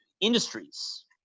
industries